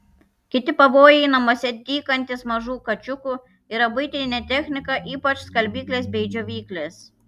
kiti pavojai namuose tykantys mažų kačiukų yra buitinė technika ypač skalbyklės bei džiovyklės